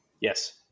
Yes